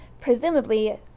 presumably